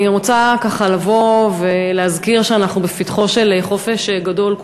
אני רוצה לבוא ולהזכיר שאנחנו בפתחו של חופש גדול,